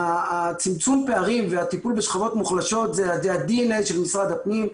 צמצום הפערים והטיפול בשכבות המוחלשות זה ה-DNA של משרד הפנים.